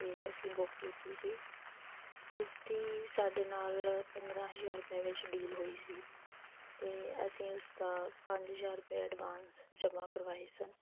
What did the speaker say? ਅਤੇ ਅਸੀਂ ਬੁੱਕ ਕੀਤੀ ਸੀ ਉਸਦੀ ਸਾਡੇ ਨਾਲ ਪੰਦਰ੍ਹਾਂ ਹਜ਼ਾਰ ਰੁਪਏ ਵਿੱਚ ਡੀਲ ਹੋਈ ਸੀ ਅਤੇ ਅਸੀਂ ਉਸਦਾ ਪੰਜ ਹਜ਼ਾਰ ਰੁਪਇਆ ਐਡਵਾਂਸ ਜਮ੍ਹਾਂ ਕਰਵਾਏ ਸਨ